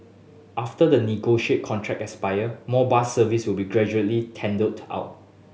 after the negotiate contract expire more bus service will be gradually tendered out